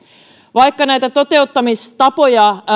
vaikka toteuttamistavat